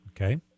Okay